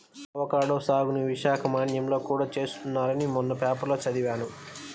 avocado సాగుని విశాఖ మన్యంలో కూడా చేస్తున్నారని మొన్న పేపర్లో చదివాను